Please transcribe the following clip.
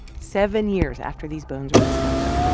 seven years after these bones were discovered,